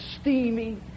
steamy